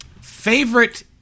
favorite